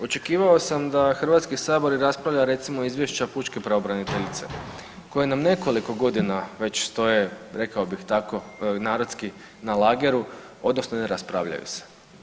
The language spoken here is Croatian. Očekivao sam da Hrvatski sabor i raspravlja recimo izvješća pučke pravobraniteljice koja nam nekoliko godina već stoje rekao bih tako narodski na lageru odnosno ne raspravljaju se.